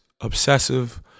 obsessive